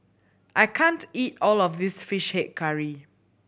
I can't eat all of this Fish Head Curry